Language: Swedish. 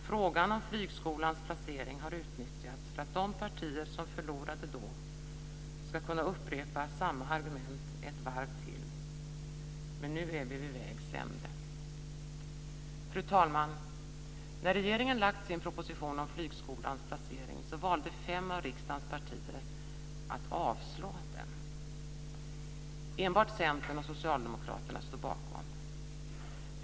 Frågan om flygskolans placering har utnyttjats för att de partier som förlorade då ska kunna upprepa samma argument ett varv till, men nu är vi vid vägs ände. Fru talman! När regeringen lagt fram sin proposition om flygskolans placering valde fem av riksdagens partier att avstyrka den. Enbart Centern och Socialdemokraterna stod bakom den.